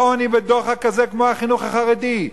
בעוני ודוחק כזה כמו החינוך החרדי.